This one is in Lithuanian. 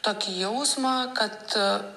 tokį jausmą kad